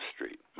Street